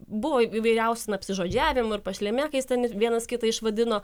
buvo įvairiausių ten apsižodžiavimų ir pašlemėkais ten ir vienas kitą išvadino